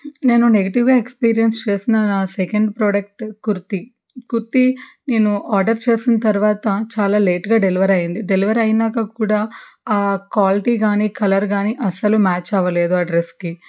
నేను negative experience చేసిన నా సెకండ్ ప్రోడక్ట్ కుర్తి కుర్తి నేను ఆర్డర్ చేసిన తర్వాత చాలా లేట్గా డెలివరీ అయింది డెలివరీ అయినాక కూడా ఆ క్వాలిటీ గానీ కలర్ గానీ అసలు మ్యాచ్ అవ్వలేదు డ్రస్కి